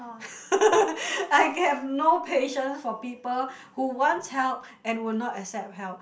I have no patience for people who wants help and would not accept help